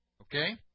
Okay